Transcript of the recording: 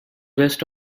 west